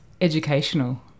educational